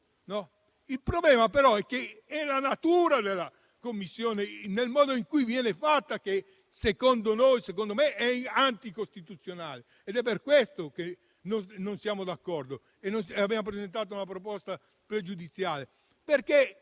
Il problema è la natura della Commissione, è il modo in cui viene fatta che - secondo noi - è anticostituzionale. Ed è per questo che non siamo d'accordo e abbiamo presentato una questione pregiudiziale.